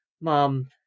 mom